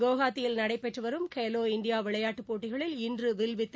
குவஹாத்தியில் நடைபெற்று வரும் கேலோ இண்டியா விளையாட்டு போட்டிகளில் இன்று வில்வித்தை